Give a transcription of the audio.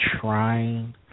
trying